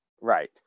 Right